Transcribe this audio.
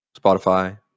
Spotify